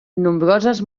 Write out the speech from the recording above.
nombroses